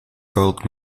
gold